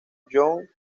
john